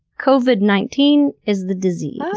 covid nineteen is the disease oooohhh,